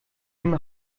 dem